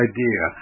Idea